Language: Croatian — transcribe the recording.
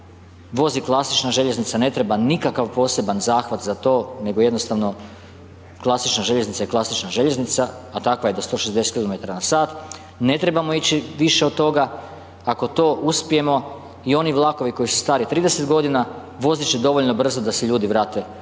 vozi klasična željeznica, ne treba nikakav poseban zahvat za to, nego jednostavno klasična željeznica i klasična željeznica, a takva je do 160 km/h, ne trebamo ići više od toga, ako to uspijemo i oni vlakovi koji su stari 30 godina, vozit će dovoljno brzo da se ljudi vrate